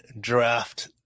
draft